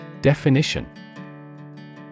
Definition